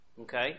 Okay